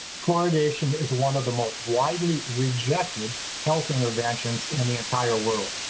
fluoridation is one of the most widely rejected health interventions in the entire world.